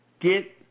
get